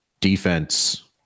defense